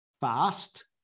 fast